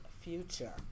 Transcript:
future